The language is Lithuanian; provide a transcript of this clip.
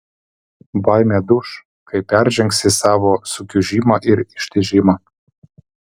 baimė duš kai peržengsi savo sukiužimą ir ištižimą